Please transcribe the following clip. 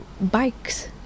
bikes